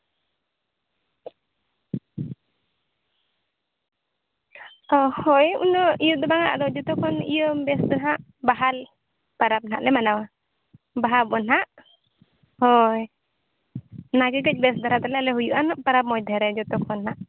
ᱚᱸ ᱦᱳᱭ ᱩᱱᱟᱹᱜ ᱤᱭᱟᱹ ᱫᱚ ᱵᱟᱝᱟ ᱟᱫᱚ ᱡᱚᱛᱚ ᱠᱷᱚᱱ ᱤᱭᱟᱹ ᱵᱮᱥ ᱫᱚ ᱦᱟᱸᱜ ᱵᱟᱦᱟ ᱯᱟᱨᱟᱵᱽ ᱦᱟᱸᱜ ᱞᱮ ᱢᱟᱱᱟᱣᱟ ᱵᱟᱦᱟ ᱟᱵᱚᱱ ᱦᱟᱸᱜ ᱦᱳᱭ ᱚᱱᱟ ᱜᱮ ᱠᱟᱹᱡ ᱵᱮᱥ ᱫᱷᱟᱨᱟ ᱛᱟᱞᱮ ᱦᱩᱭᱩᱜᱼ ᱱᱟᱜ ᱯᱟᱨᱟᱵᱽ ᱢᱚᱫᱽᱫᱷᱮ ᱨᱮ ᱡᱚᱛᱚ ᱠᱷᱚᱱ ᱦᱟᱸᱜ